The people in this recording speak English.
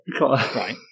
Right